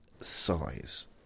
size